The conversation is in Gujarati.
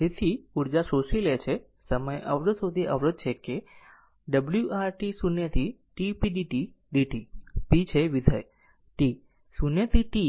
તેથી ઊર્જા શોષી લે છે સમય અવરોધ સુધી અવરોધ છે કે w R t 0 થી t p t dt p છે વિધેય t 0 થી t